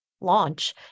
launch